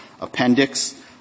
appendix